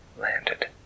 landed